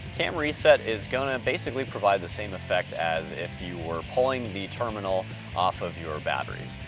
kam reset is gonna and basically provide the same effect as if you were pulling the terminal off of your batteries.